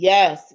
Yes